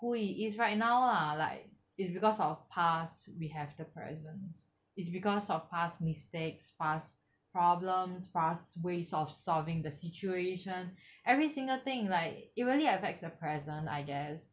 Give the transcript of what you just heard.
who it is right now lah like it's because of past we have the presents is because of past mistakes past problems past ways of solving the situation every single thing like it really affects the present I guess